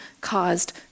caused